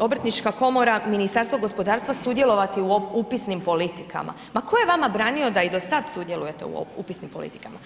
Obrtnička komora, Ministarstvo gospodarstva sudjelovati u upisnim politikama, ma tko je vama branio da i do sad sudjelujete u upisnim politikama?